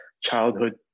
childhood